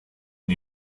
new